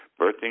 Birthing